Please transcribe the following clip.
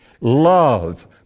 Love